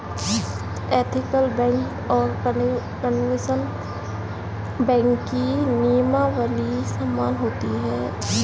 ethical bank और conventional bank की नियमावली समान होती है